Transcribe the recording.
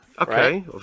Okay